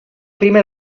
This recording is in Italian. prime